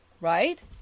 Right